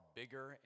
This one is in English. bigger